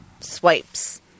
swipes